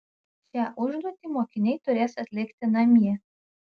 šią užduotį mokiniai turės atlikti namie